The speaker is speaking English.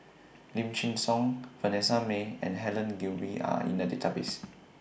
Lim Chin Siong Vanessa Mae and Helen Gilbey Are in The Database